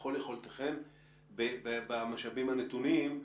ככל יכולתכם במשאבים הנתונים.